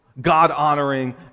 God-honoring